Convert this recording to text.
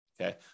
Okay